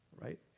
right